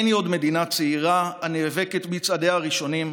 אין היא עוד מדינה צעירה הנאבקת בצעדיה הראשונים,